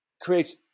creates